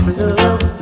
love